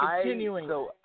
continuing –